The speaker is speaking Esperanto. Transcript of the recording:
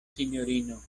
sinjorino